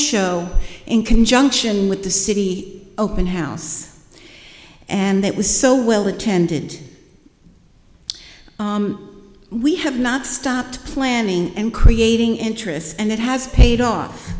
show in conjunction with the city open house and it was so well attended we have not stopped planning and creating interests and it has paid off